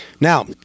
Now